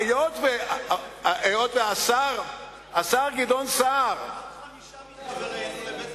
רק חמישה מחברינו לבית-המחוקקים.